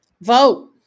Vote